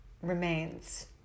remains